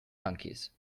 monkeys